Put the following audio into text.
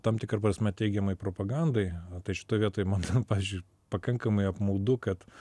tam tikra prasme teigiamai propagandai tai šitoj vietoj man pavyzdžiui pakankamai apmaudu kad